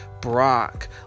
brock